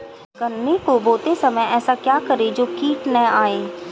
गन्ने को बोते समय ऐसा क्या करें जो कीट न आयें?